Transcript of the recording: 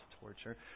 torture